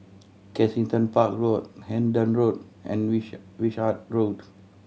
Kensington Park Road Hendon Road and Wish Wishart Road